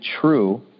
true